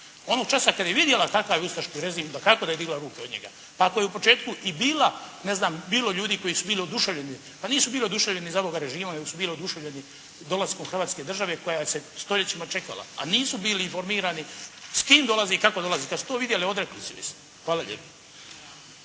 Onog časa kada je vidjela takav ustaški režim, dakako da je digla ruke od njega. Pa ako je u početku i bilo ne znam ljudi koji su bili oduševljeni, pa nisu bili oduševljeni za ovoga režima nego su bili oduševljeni dolaskom Hrvatske države koja se stoljećima čekala, a nisu bili informirani s kojim dolazi i kako dolazi. Kada su to vidjeli, odrekli su je se. Hvala lijepo.